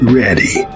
ready